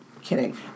kidding